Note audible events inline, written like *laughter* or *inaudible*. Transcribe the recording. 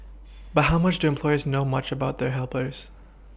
*noise* but how much do employers know much about their helpers